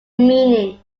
meaning